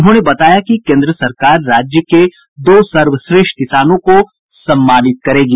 उन्होंने बताया कि केन्द्र सरकार राज्य के दो सर्वश्रेष्ठ किसानों को भी सम्मानित करेगी